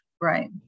right